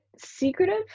secretive